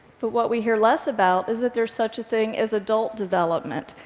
but what we hear less about is that there's such a thing as adult development,